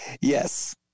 Yes